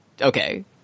okay